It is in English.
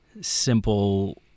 simple